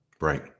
Right